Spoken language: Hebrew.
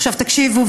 עכשיו תקשיבו,